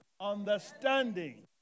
Understanding